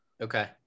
Okay